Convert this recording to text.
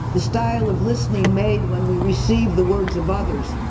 the style of listening made when we receive the words of others,